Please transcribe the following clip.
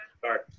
sorry